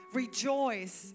rejoice